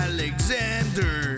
Alexander